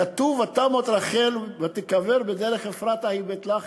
כתוב: "ותמת רחל ותקבר בדרך אפרתה היא בית לחם".